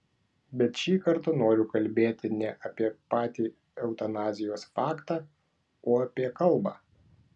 bet šį kartą noriu kalbėti ne apie patį eutanazijos faktą o apie kalbą